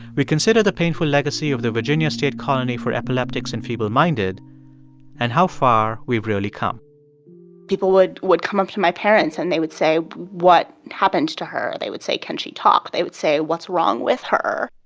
we consider the painful legacy of the virginia state colony for epileptics and feebleminded and how far we've really come people would would come up to my parents and they would say, what happened to her? they would say, can she talk? they would say, what's wrong with her?